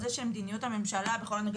על זה שמדיניות הממשלה בכל הנוגע